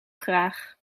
graag